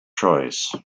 choice